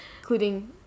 including